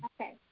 Okay